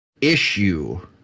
issue